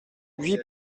huit